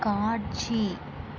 காட்சி